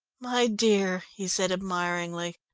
my dear, he said admiringly,